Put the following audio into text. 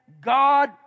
God